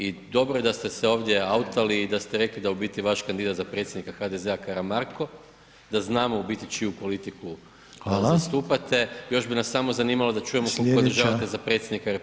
I dobro je da ste se ovdje outali i da ste rekli da u biti vaš kandidat za predsjednika HDZ-a Karamarko da znamo u biti čiju politiku [[Upadica Reiner: Hvala.]] zastupate, još bi nas samo zanimalo [[Upadica Reiner: Sljedeća…]] da čujemo koga podržavate za predsjednika RH.